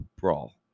brawl